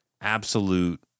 absolute